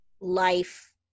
life